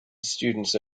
students